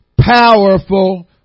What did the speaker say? powerful